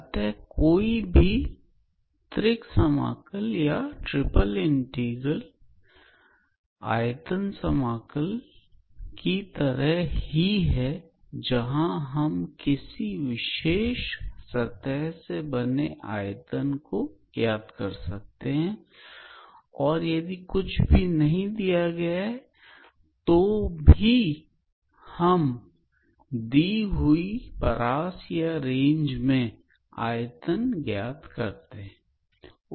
अतः कोई भी त्रिक समाकल या ट्रिपल इंटीग्रल आयतन समाकल की तरह ही है जहां हम किसी विशेष सतह से बने आयतन को ज्ञात करते हैं और यदि कुछ भी नहीं दिया गया है तो हम दी हुई हां रेंज में आयतन ज्ञात करते हैं